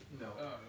No